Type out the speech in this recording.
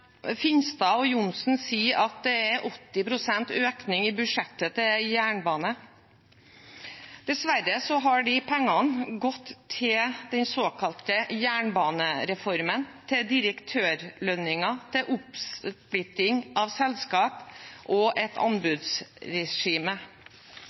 Finstad og Johnsen sier at det er 80 pst. økning i budsjettet til jernbane. Dessverre har de pengene gått til den såkalte jernbanereformen: til direktørlønninger, til oppsplitting av selskap og til et